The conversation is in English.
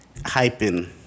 hyping